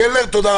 קלנר, תודה רבה.